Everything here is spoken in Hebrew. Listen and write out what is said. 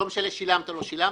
ולא משנה אם שילמת או לא שילמת.